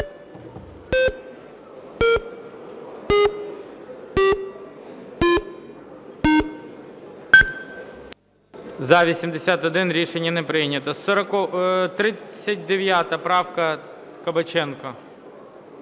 За-81 Рішення не прийнято. 39 правка, Кабаченко.